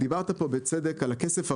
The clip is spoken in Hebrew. דיברת פה בצדק על הכסף הראשון.